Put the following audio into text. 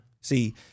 see